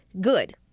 good